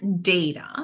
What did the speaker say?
data